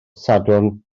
sadwrn